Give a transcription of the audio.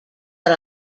but